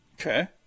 Okay